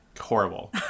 Horrible